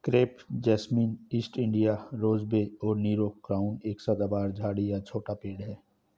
crepe jasmine, east India rosebay और Nero crown एक सदाबहार झाड़ी या छोटा पेड़ है